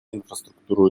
инфраструктуру